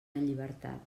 llibertat